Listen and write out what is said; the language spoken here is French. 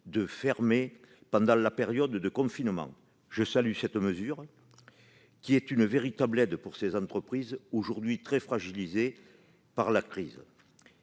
de fermer pendant la période de confinement. Je salue cette mesure, qui est une véritable aide pour ces entreprises très fragilisées par la crise.